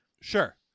Sure